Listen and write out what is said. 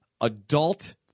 adult